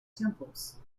temples